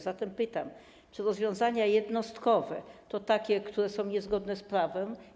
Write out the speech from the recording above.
Zatem pytam: Czy rozwiązania jednostkowe to takie, które są niezgodne z prawem?